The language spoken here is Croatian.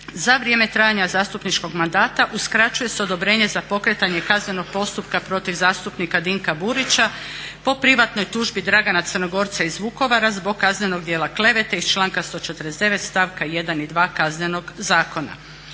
za vrijeme trajanja zastupničkog mandata se uskraćuje odobrenje za pokretanje kaznenog postupka protiv zastupnika Ivana Klarina po privatnoj tužbi Ante Kulušića iz Grebaštice zbog kaznenog djela klevete iz članka 149. stavka 2. Kaznenog zakona